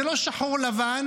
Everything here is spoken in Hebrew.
זה לא שחור או לבן,